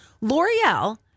L'Oreal